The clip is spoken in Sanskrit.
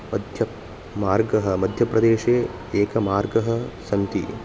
मध्य मार्गः मध्यप्रदेशे एकमार्गः सन्ति